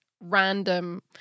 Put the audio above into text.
random